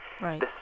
Right